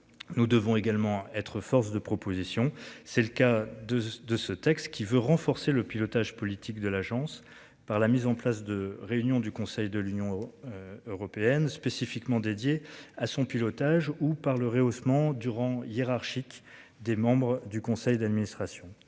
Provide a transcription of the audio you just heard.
Nous devons également être force de proposition. C'est le cas de de ce texte qui veut renforcer le pilotage politique de l'agence, par la mise en place de réunion du Conseil de l'Union. Européenne spécifiquement dédiés à son pilotage ou par le rehaussement durant hiérarchique des membres du conseil d'administration.